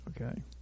Okay